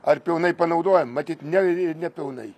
ar pilnai panaudojam matyt ne nepilnai